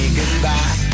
goodbye